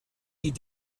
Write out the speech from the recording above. die